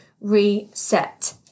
reset